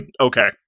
Okay